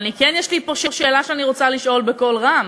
אבל כן יש לי פה שאלה שאני רוצה לשאול בקול רם: